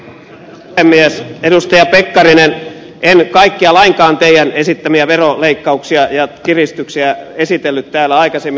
edustaja pekkarinen en lainkaan kaikkia teidän esittämiänne veroleikkauksia ja kiristyksiä esitellyt täällä aikaisemmin